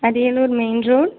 Ariyalur main road